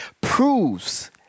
proves